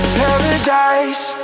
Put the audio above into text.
paradise